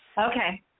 Okay